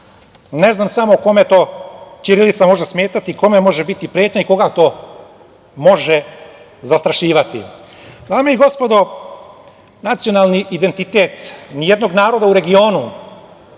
Ne znam samo kome to ćirilica može smetati, kome može biti pretnja, koga to može zastrašivati. Dame i gospodo, nacionalni identitet nijednog naroda u regionu